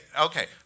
okay